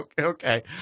okay